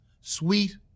sweet